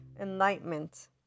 enlightenment